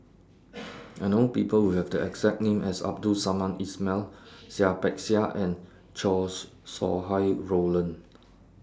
I know People Who Have The exact name as Abdul Samad Ismail Seah Peck Seah and Chow Sau Hai Roland